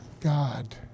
God